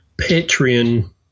Patreon